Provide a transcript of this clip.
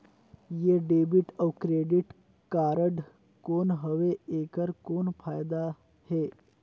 ये डेबिट अउ credit card कौन हवे एकर कौन फाइदा हे?